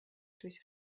durch